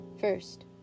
First